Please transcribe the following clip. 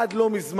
עד לא מזמן